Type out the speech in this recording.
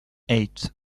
eight